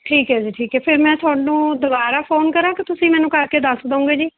ਠੀਕ ਹੈ ਜੀ ਠੀਕ ਹੈ ਫਿਰ ਮੈਂ ਤੁਹਾਨੂੰ ਦੁਵਾਰਾ ਫ਼ੋਨ ਕਰਾਂ ਕਿ ਤੁਸੀਂ ਮੈਨੂੰ ਕਰਕੇ ਦੱਸਦੋਂਗੇ ਜੀ